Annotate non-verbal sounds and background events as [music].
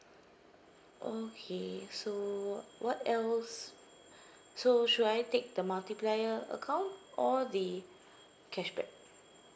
okay so what else [breath] so should I take the multiplier account or the cashback